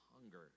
hunger